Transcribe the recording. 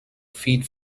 feed